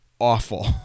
awful